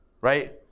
right